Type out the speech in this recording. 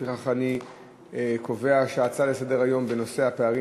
לפיכך אני קובע שההצעה לסדר-היום בנושא הפערים